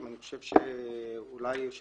אני שומע פה שאנחנו מאוד יצירתיים וצריכים לעבוד